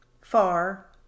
far